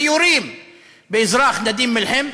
ויורים באזרח נדים מלחם,